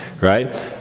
right